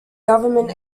government